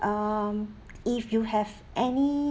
um if you have any